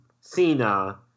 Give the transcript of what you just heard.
Cena